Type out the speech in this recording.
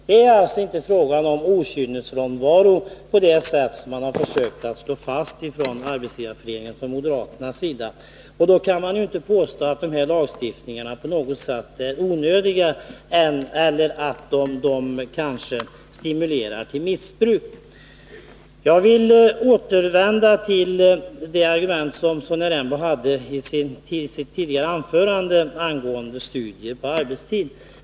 Det handlar alltså inte om okynnesfrånvaro på det sätt som Arbetsgivareföreningen och moderaterna har sökt slå fast. Man kan således inte påstå att lagstiftningen på detta område är onödig eller stimulerar till missbruk. Låt mig återvända till Sonja Rembos argument i hennes tidigare anförande beträffande studier på arbetstid.